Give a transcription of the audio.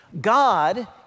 God